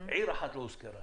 עיר אחת לא הוזכרה